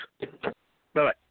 Bye-bye